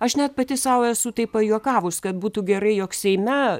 aš net pati sau esu taip pajuokavus kad būtų gerai jog seime